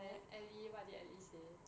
then atlee what did atlee say